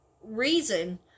reason